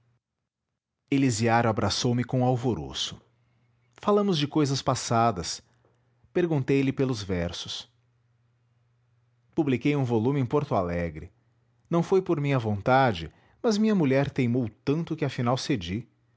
ela elisiário abraçou-me com alvoroço falamos de cousas passadas perguntei-lhe pelos versos publiquei um volume em porto alegre não foi por minha vontade mas minha mulher teimou tanto que afinal cedi